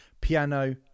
piano